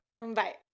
Bye